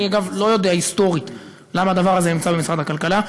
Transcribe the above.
אני גם לא יודע היסטורית למה הדבר הזה נמצא במשרד הכלכלה.